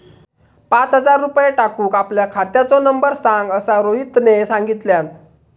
पाच हजार रुपये टाकूक आपल्या खात्याचो नंबर सांग असा रोहितने सांगितल्यान